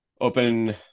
open